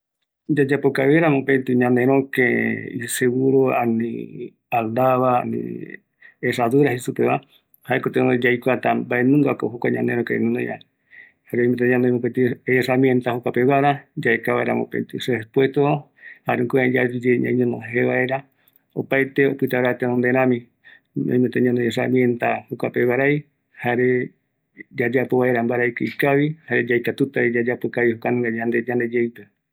Yayapo kavi vaera ñanëröke iyokendaa, yaikuata mbaeko ikavia, ani yaipoepi vaera ipɨauva pe, jare oɨmeta ñanoï tembiporu, yaeki vaera, jukurai yaikuata mbaeko ikavia, ani yaipoepitara